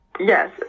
Yes